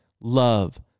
love